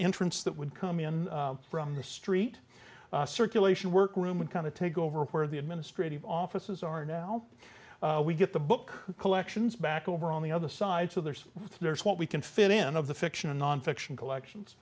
entrance that would come in from the street circulation work room and kind of take over where the administrative offices are now we get the book collections back over on the other side so there's there's what we can fit in of the fiction and nonfiction collections